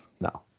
No